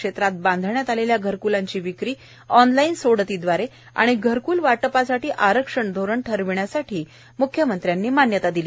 क्षेत्रात बांधण्यात आलेल्या घरकूलांची विक्री ऑनलाईन सोडतीद्वारे आणि घरकूल वाटपासाठी आरक्षण धोरण ठरविण्यासाठी मुख्यमंत्र्यांनी मान्यता दिली